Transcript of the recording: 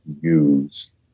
use